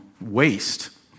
waste